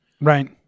Right